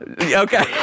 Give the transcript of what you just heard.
Okay